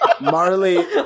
Marley